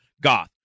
goth